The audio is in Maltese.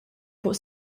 fuq